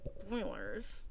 spoilers